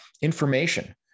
Information